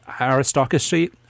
aristocracy